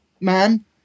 man